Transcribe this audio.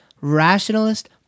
rationalist